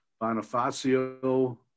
Bonifacio